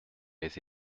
les